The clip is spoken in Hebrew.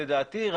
לדעתי,